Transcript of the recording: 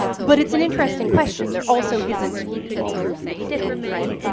but it's an interesting question. there also isn't proof that he didn't, right?